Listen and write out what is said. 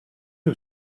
who